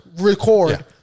record